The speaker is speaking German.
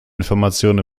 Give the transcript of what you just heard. information